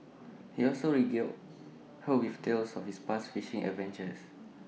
he also regaled her with tales of his past fishing adventures